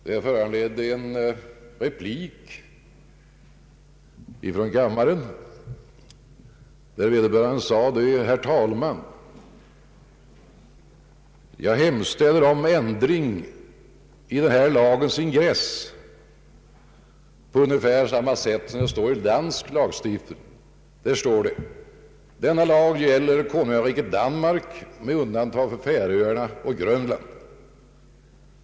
Det föranledde en replik från kammaren: Herr talman! Jag hemställer om att lagens ingress ändras så att den blir ungefär lik den ingressen i många danska lagar, där det står att denna lag gäller konungariket Danmark med undantag för Färöarna och Grönland.